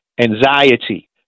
anxiety